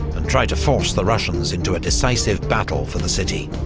and try to force the russians into a decisive battle for the city.